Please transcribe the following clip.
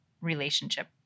relationship